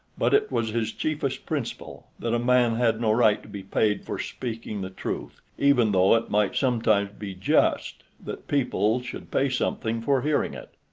but it was his chiefest principle that a man had no right to be paid for speaking the truth, even though it might sometimes be just that people should pay something for hearing it.